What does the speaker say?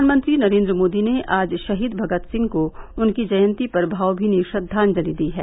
प्रधानमंत्री नरेन्द्र मोदी ने आज शहीद भगत सिंह को उनकी जयंती पर भावभीनी श्रद्वांजलि दी है